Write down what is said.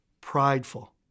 prideful